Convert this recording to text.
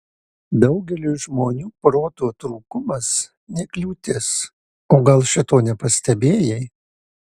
daugeliui žmonių proto trūkumas ne kliūtis o gal šito nepastebėjai